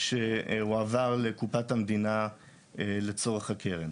שהועבר לקופת המדינה לצורך הקרן.